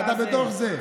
אתה בתוך זה.